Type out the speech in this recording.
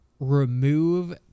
remove